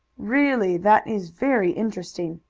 really, that is very interesting.